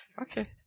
Okay